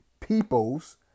peoples